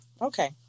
Okay